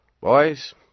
Boys